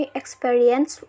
experience